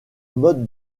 mode